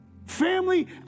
Family